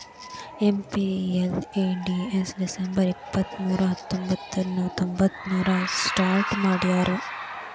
MPLADS December ಇಪ್ಪತ್ಮೂರು ಹತ್ತೊಂಬಂತ್ತನೂರ ತೊಂಬತ್ತಮೂರಾಗ ಸ್ಟಾರ್ಟ್ ಮಾಡ್ಯಾರ